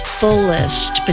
fullest